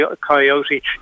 Coyote